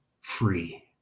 Free